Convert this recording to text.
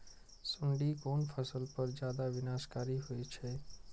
सुंडी कोन फसल पर ज्यादा विनाशकारी होई छै?